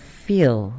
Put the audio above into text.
feel